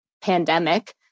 pandemic